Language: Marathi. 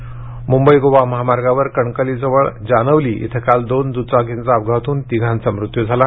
अपघात मुंबई गोवा महामार्गावर कणकवलीजवळ जानवली इथं काल दोन दुचाकींचा अपघात होऊन तिघांचा मृत्यू झाला